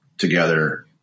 Together